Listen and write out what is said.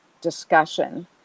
discussion